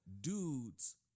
dudes